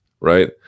right